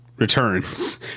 returns